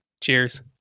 Cheers